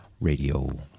radio